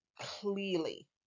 clearly